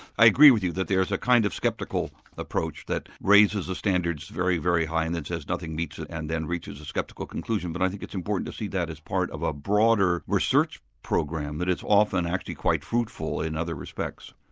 i agree with you that there's a kind of sceptical approach that raises the standards very, very high, and then says nothing meets it, and then reaches a sceptical conclusion, but i think it's important to see that as part of a broader research program that it's often actually quite fruitful in other respects.